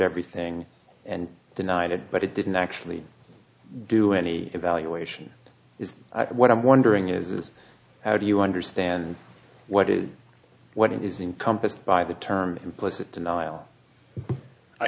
everything and denied it but it didn't actually do any evaluation is what i'm wondering is how do you understand what is what it is incompetent by the term implicit denial i